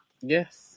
Yes